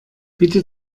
bitte